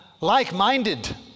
like-minded